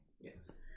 yes